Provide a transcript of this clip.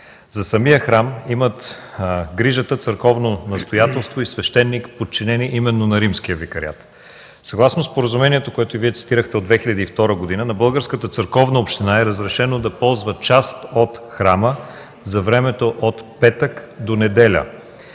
За самия храм имат грижата църковно настоятелство и свещеник, подчинени именно на Римския викариат. Съгласно споразумението, което и Вие цитирахте, от 2002 г., на Българската църковна община е разрешено да ползва част от храма за времето от петък до неделя.